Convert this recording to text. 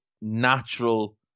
natural